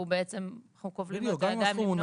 בעצם אנחנו כובלים לו את הידיים למנוע ממנו --- בדיוק.